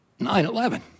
9-11